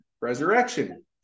Resurrection